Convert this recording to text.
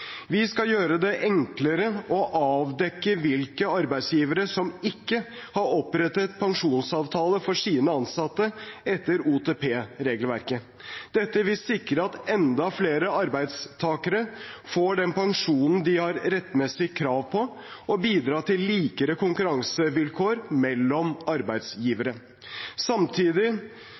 Vi skal gjøre det enklere å avdekke hvilke arbeidsgivere som ikke har opprettet pensjonsavtale for sine ansatte etter OTP-regelverket. Dette vil sikre at enda flere arbeidstakere får den pensjonen de har rettmessig krav på, og bidra til likere konkurransevilkår mellom arbeidsgivere. Samtidig